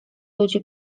ludzi